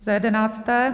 Za jedenácté.